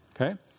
Okay